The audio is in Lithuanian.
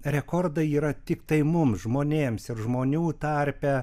rekordai yra tiktai mums žmonėms ir žmonių tarpe